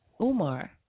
Umar